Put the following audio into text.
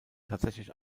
tatsächlich